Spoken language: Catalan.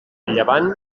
llevant